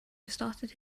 restarted